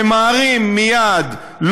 ממהרים מייד,